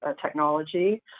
technology